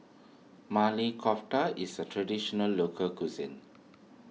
Maili Kofta is a Traditional Local Cuisine